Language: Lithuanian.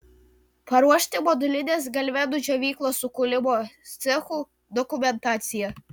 paruošti modulinės galvenų džiovyklos su kūlimo cechu dokumentaciją